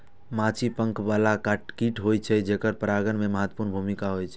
माछी पंख बला कीट होइ छै, जेकर परागण मे महत्वपूर्ण भूमिका होइ छै